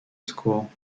school